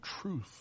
truth